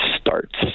starts